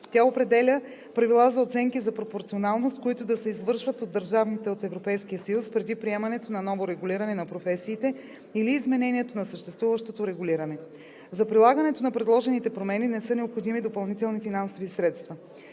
Тя определя правила за оценки за пропорционалност, които да се извършват от държавите от Европейския съюз преди приемането на ново регулиране на професиите или изменението на съществуващото регулиране. За прилагането на предложените промени не са необходими допълнителни финансови средства.